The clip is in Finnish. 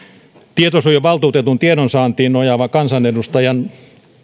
tietosuojavaltuutetun tiedonsaantiin nojaava kansanedustajan